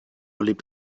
lebt